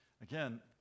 Again